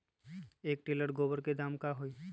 एक टेलर गोबर के दाम का होई?